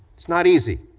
it's not easy.